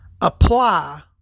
apply